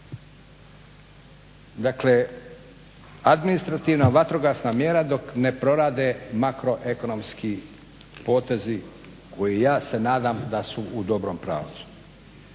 Dakle, administrativna vatrogasna mjera dok ne prorade makroekonomski potezi koji, ja se nadam, da su u dobrom pravcu.